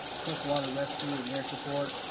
swift water rescue and air support.